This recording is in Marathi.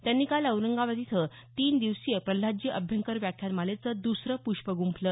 त्यांनी काल औरंगाबाद इथं तीन दिवसीय प्रल्हादजी अभ्यंकर व्याख्यान मालेचं दसरं प्रष्प गुंफलं